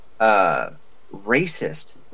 racist